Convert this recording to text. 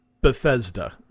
Bethesda